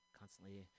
constantly